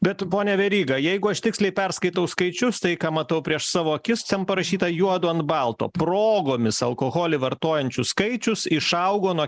bet pone veryga jeigu aš tiksliai perskaitau skaičius tai ką matau prieš savo akis ten parašyta juodu ant balto progomis alkoholį vartojančių skaičius išaugo nuo